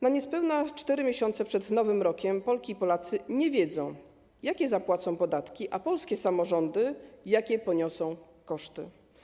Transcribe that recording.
Niespełna 4 miesiące przed nowym rokiem Polki i Polacy nie wiedzą, jakie zapłacą podatki, a polskie samorządy, jakie poniosą koszty.